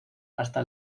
hasta